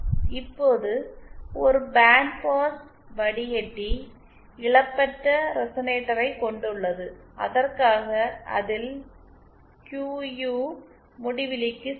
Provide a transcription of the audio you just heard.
இப்போது ஒரு band pass வடிகட்டி இழப்பற்ற ரெசனேட்டரைக் கொண்டுள்ளது அதற்காக அதில் கியூயு முடிவிலிக்கு சமம்